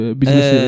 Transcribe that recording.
business